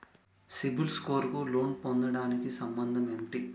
CIBIL score కు loan పొందటానికి సంబంధం ఏంటి?